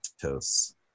toast